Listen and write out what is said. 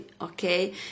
okay